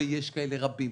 ויש כאלה רבים,